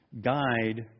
Guide